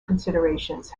considerations